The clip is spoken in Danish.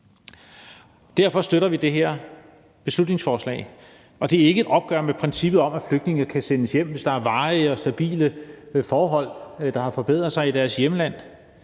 Derfor støtter vi det her beslutningsforslag, og det er ikke et opgør med princippet om, at flygtninge kan sendes hjem, hvis der er varige og stabile forhold og situationen i deres hjemland